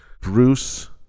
Bruce